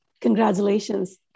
Congratulations